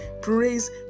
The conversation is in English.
praise